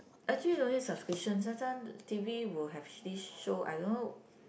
actually no need subscription sometime T_V will have this show I don't know